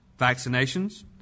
vaccinations